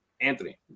Anthony